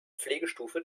pflegestufe